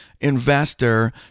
investor